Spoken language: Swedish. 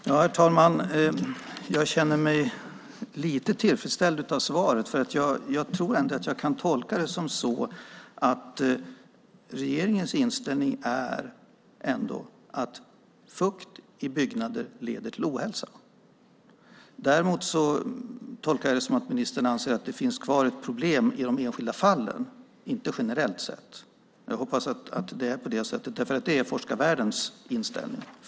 Herr talman! Jag känner mig lite tillfredsställd av svaret, för jag tror ändå att jag kan tolka det så att regeringens inställning ändå är att fukt i byggnader leder till ohälsa. Däremot tolkar jag det så att ministern anser att det finns kvar problem i de enskilda fallen - inte generellt sett. Jag hoppas att det är på det sättet, därför att det är forskarvärldens inställning.